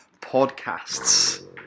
Podcasts